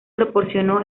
proporcionó